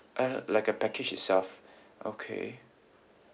uh like a package itself okay